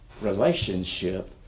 relationship